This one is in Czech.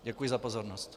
Děkuji za pozornost.